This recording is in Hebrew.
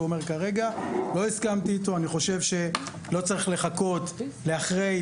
אומר כרגע אני חושב שלא צריך לחכות לאחרי,